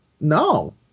no